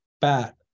bat